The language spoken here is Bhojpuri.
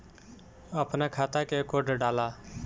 अपना खाता के कोड डाला